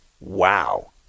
Wow